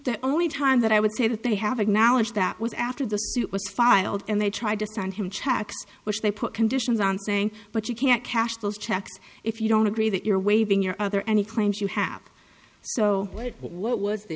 the only time that i would say that they have acknowledged that was after the suit was filed and they tried to sign him checks which they put conditions on saying but you can't cash those checks if you don't agree that you're waving your other any claims you have so what was the